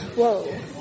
whoa